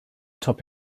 top